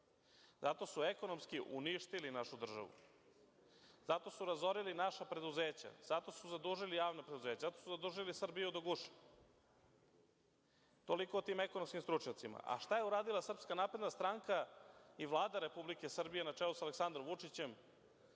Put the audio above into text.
zato su ekonomski uništili našu državu, zato su razorili naša preduzeća, zato su zadužili javna preduzeća, zato su zadužili Srbiju do guše. Toliko o tim ekonomskim stručnjacima. Šta je uradila SNS i Vlada Republike Srbije na čelu sa Aleksandrom Vučićem